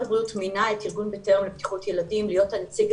הבריאות מינה את ארגון "בטרם" לבטיחות ילדים להיות הנציג